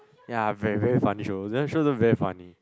ya very very funny show that show also very funny